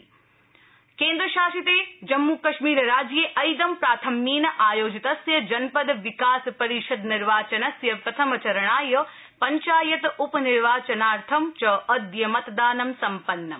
J and K DDC इलखिन केन्द्रशासिते जम्मुकश्मीर राज्ये ऐदं प्राथम्येन आयोजितस्य जनपद विकास परिषद निर्वाचनस्य प्रथमचरणाय पञ्चायत उप निर्वाचनार्थं च अद्य मतदानं सम्पन्नम्